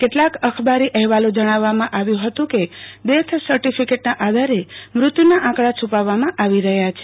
કેટલાંક અખબારી અહેવાલો જણાવવામાં આવ્યું હતું કે ડેથ સર્ટીફીકેટનાં આધારે મૃત્યુનાં આકડા છૂપાવવામાં આવી રહયા છે